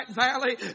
valley